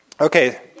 Okay